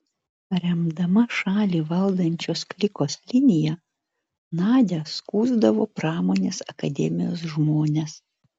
remdama šalį valdančios klikos liniją nadia skųsdavo pramonės akademijos žmones